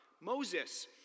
Moses